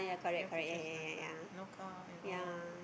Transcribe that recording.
you have to choose lifestyle no car and all